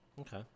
okay